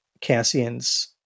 Cassian's